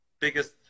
biggest